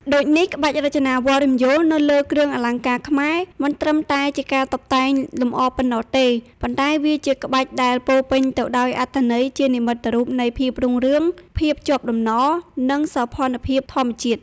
ដូចនេះ ក្បាច់រចនាវល្លិ៍រំយោលនៅលើគ្រឿងអលង្ការខ្មែរមិនត្រឹមតែជាការតុបតែងលម្អប៉ុណ្ណោះទេ ប៉ុន្តែវាជាក្បាច់ដែលពោរពេញទៅដោយអត្ថន័យជានិមិត្តរូបនៃភាពរុងរឿង ភាពជាប់តំណ និងសោភ័ណភាពធម្មជាតិ។